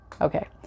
okay